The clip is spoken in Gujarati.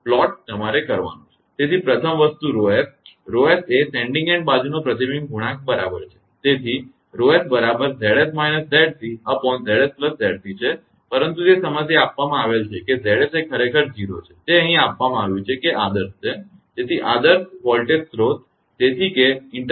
તેથી પ્રથમ વસ્તુ rho s છે rho s એ સેન્ડીંગ એન્ડ બાજુનો પ્રતિબિંબ ગુણાંક બરાબર છે તેથી 𝜌𝑠 બરાબર 𝑍𝑠−𝑍𝑐𝑍𝑠𝑍𝑐 છે પરંતુ તે સમસ્યામાં આપવામાં આવેલ છે કે 𝑍𝑠 એ ખરેખર 0 છે તે અહીં આપવામાં આવ્યું છે કે આદર્શ છે જેથી આદર્શ વોલ્ટેજ સ્રોત